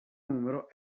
numero